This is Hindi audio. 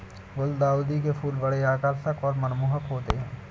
गुलदाउदी के फूल बड़े आकर्षक और मनमोहक होते हैं